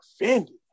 offended